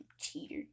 cheater